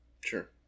Sure